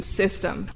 system